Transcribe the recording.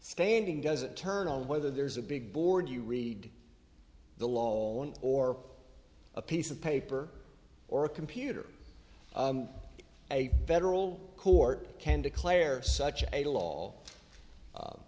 standing does it turn on whether there's a big board you read the law one or a piece of paper or a computer a federal court can declare such a law